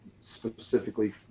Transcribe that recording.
specifically